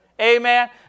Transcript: Amen